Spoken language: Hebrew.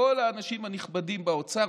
כל האנשים הנכבדים באוצר,